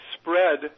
spread